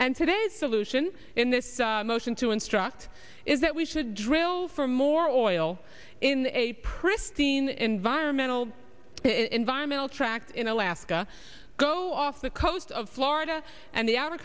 and today's solution in this motion to instruct is that we should drill for more oil in a pristine environmental environmental tract in alaska go off the coast of florida and the outer